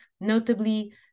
notably